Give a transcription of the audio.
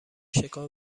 شکار